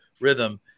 rhythm